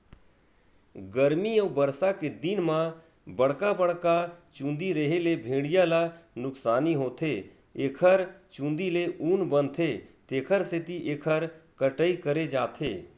गरमी अउ बरसा के दिन म बड़का बड़का चूंदी रेहे ले भेड़िया ल नुकसानी होथे एखर चूंदी ले ऊन बनथे तेखर सेती एखर कटई करे जाथे